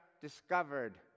discovered